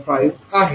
25आहे